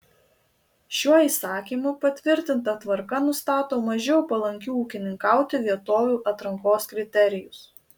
šiuo įsakymu patvirtinta tvarka nustato mažiau palankių ūkininkauti vietovių atrankos kriterijus